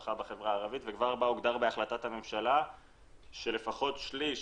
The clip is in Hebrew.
במשפחה בחברה הערבית וכבר בה הוגדר בהחלטת הממשלה שלפחות שליש